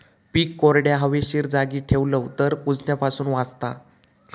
पीक कोरड्या, हवेशीर जागी ठेवलव तर कुजण्यापासून वाचता